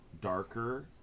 darker